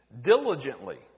diligently